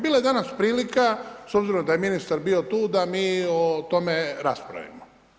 Bilo je danas prilika, s obzirom da je ministar bio tu, da mi o tome raspravimo.